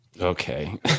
Okay